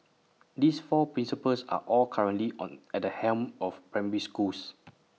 these four principals are all currently on at the helm of primary schools